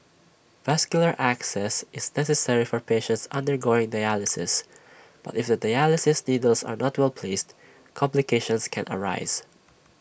vascular access is necessary for patients undergoing dialysis but if the dialysis needles are not well placed complications can arise